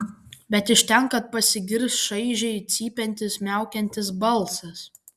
bet iš ten kad pasigirs šaižiai cypiantis miaukiantis balsas